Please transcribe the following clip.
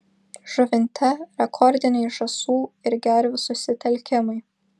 žuvinte rekordiniai žąsų ir gervių susitelkimai